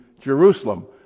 Jerusalem